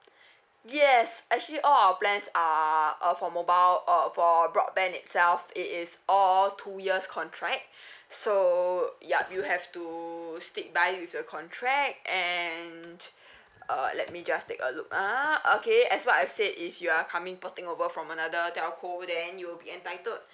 yes actually all our plans are or for mobile or for broadband itself it is all two years contract so yup you have to stick die with the contract and uh let me just take a look ah okay as what I said if you are coming porting over from another telco then you will be entitled